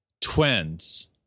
twins